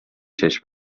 چشم